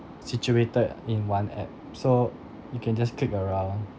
situated in one app so you can just click around